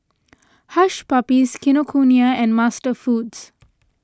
Hush Puppies Kinokuniya and MasterFoods